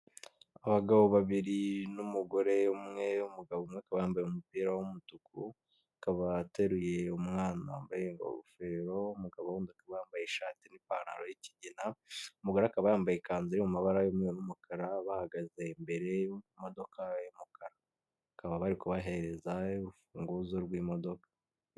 Abagabo babiri n’umugore umwe, umugabo umwe wambaye umupira w’ umutuku, akaba ateruye umwana wambaye ingofero, mugabo wambaye ishati n’pantaro y’ikigina. Umugore akaba yambaye ikanzu iri mu mabara y’umweru n’umukara. Bahagaze imbere y’ imodoka y’ umukara, bakaba bari kubahererza urufunguzo rw’imodoka.